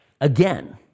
Again